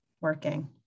working